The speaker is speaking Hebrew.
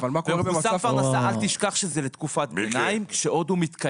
אל תשכח שזה לתקופת ביניים כשעוד הוא מתקיים.